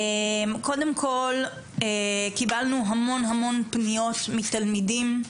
קודם כל קיבלנו המון פניות מתלמידים,